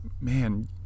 man